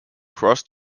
cross